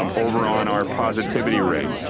um over on our positivity rate.